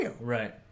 Right